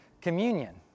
communion